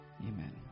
amen